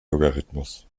logarithmus